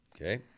okay